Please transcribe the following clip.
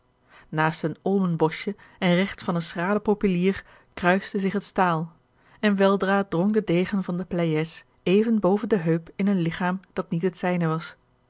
naast een olmenboschje en regts van een schralen populier kruiste zich het staal en weldra drong de degen van de pleyes even boven de heup in een ligchaam dat niet het zijne was